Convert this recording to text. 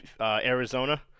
Arizona